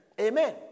Amen